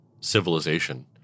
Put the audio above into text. civilization